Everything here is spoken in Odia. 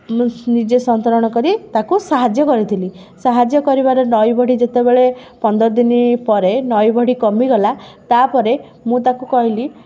ମୁଁ ନିଜେ ସନ୍ତରଣ କରି ତାକୁ ସାହାଯ୍ୟ କରିଥିଲି ସାହାଯ୍ୟ କରିବାରୁ ନଈ ବଢ଼ି ଯେତେବେଳେ ପନ୍ଦର ଦିନ ପରେ ନଈ ବଢ଼ି କମିଗଲା ତା'ପରେ ମୁଁ ତାକୁ କହିଲି